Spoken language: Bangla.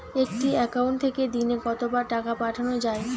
একটি একাউন্ট থেকে দিনে কতবার টাকা পাঠানো য়ায়?